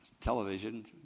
television